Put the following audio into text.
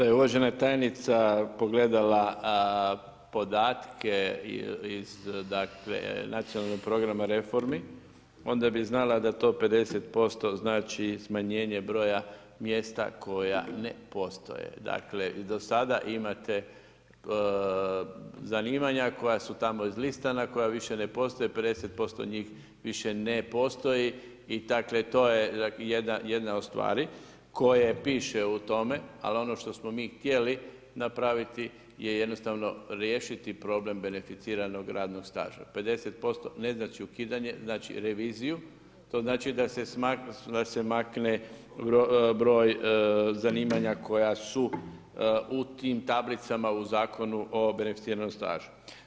Da je uvažena tajnica pogledala podatke iz NPR-a onda bi znala da to 50% znači smanjenje broja mjesta koja ne postoje, dakle i do sada imate zanimanja koja su tamo izlistana, koja više ne postoje, 50% njih više ne postoji i dakle to je jedna od stvari koje piše u tome ali ono što smo mi htjeli napraviti je jednostavno riješiti problem beneficiranog radnog staža, 50% ne znači ukidanje, znači reviziju, to znači da se makne broj zanimanja koja su u tim tablicama u Zakonu o beneficiranom stažu.